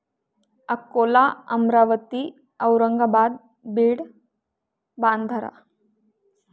Akola Amravati Aurangabad Beed बांधारा